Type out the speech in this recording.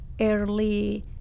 early